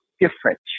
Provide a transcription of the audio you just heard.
different